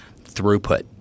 throughput